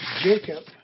Jacob